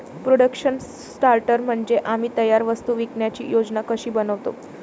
production sorter म्हणजे आम्ही तयार वस्तू विकण्याची योजना कशी बनवतो